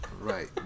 Right